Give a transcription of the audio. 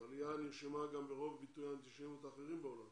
עלייה נרשמה גם ברוב ביטויי האנטישמיות האחרים בעולם.